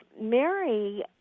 Mary